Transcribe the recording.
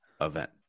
event